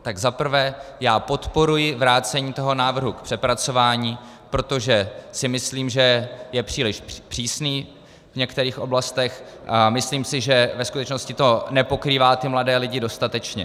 Tak za prvé, já podporuji vrácení toho návrhu k přepracování, protože si myslím, že je příliš přísný v některých oblastech, myslím si, že ve skutečnosti to nepokrývá mladé lidi dostatečně.